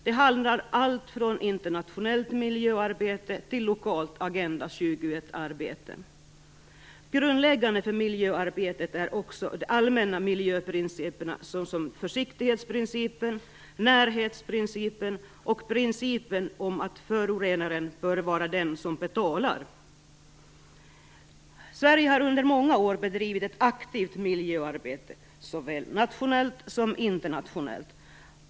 Det handlar om allt från internationellt miljöarbete till lokalt Agenda 21-arbete. Grundläggande för miljöarbetet är också de allmänna miljöprinciperna, t.ex. försiktighetsprincipen, närhetsprincipen och principen om att förorenaren bör vara den som betalar. Sverige har under många år bedrivit ett aktivt miljöarbete såväl nationellt som internationellt.